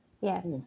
Yes